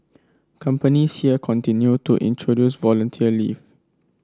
companies here continue to introduce volunteer leave